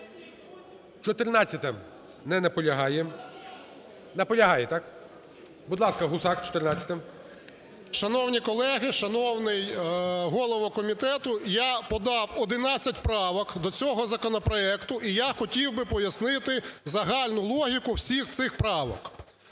14-а. Не наполягає. Наполягає, так? Будь ласка, Гусак, 14-а. 17:16:32 ГУСАК В.Г. Шановні колеги, шановний голово комітету, я подав 11 правок до цього законопроекту і я хотів би пояснити загальну логіку всіх цих правок.